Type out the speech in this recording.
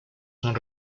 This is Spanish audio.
son